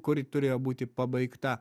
kuri turėjo būti pabaigta